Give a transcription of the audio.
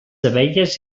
abelles